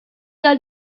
your